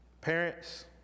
Parents